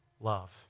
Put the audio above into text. love